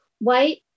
White